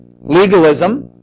Legalism